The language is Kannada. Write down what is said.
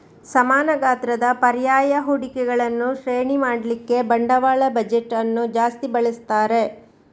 ಸಮಾನ ಗಾತ್ರದ ಪರ್ಯಾಯ ಹೂಡಿಕೆಗಳನ್ನ ಶ್ರೇಣಿ ಮಾಡ್ಲಿಕ್ಕೆ ಬಂಡವಾಳ ಬಜೆಟ್ ಅನ್ನು ಜಾಸ್ತಿ ಬಳಸ್ತಾರೆ